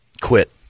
Quit